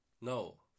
No